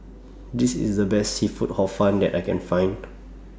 This IS The Best Seafood Hor Fun that I Can Find